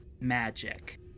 magic